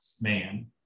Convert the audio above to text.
man